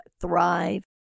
thrive